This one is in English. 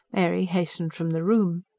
mary hastened from the room.